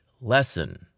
lesson